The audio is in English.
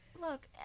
Look